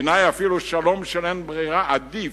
בעיני אפילו שלום של אין ברירה עדיף,